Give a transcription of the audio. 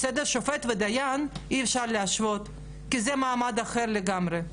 שופט ודיין, אי אפשר להשוות כי זה מעמד אחר לגמרי.